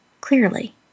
clearly